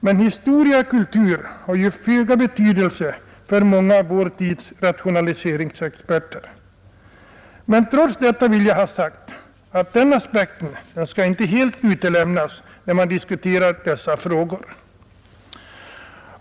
Men historia och kultur har ju föga betydelse för många av vår tids rationaliseringsexperter. Trots detta vill jag ha sagt att den aspekten inte helt skall utelämnas när man diskuterar dessa frågor.